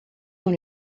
dans